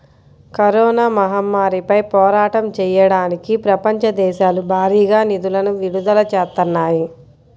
corona మహమ్మారిపై పోరాటం చెయ్యడానికి ప్రపంచ దేశాలు భారీగా నిధులను విడుదల చేత్తన్నాయి